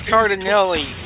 Cardinelli